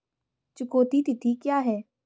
चुकौती तिथि क्या है?